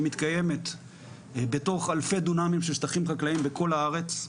שמתקיימת בתוך אלפי דונמים של שטחים חקלאיים בכל הארץ.